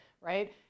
right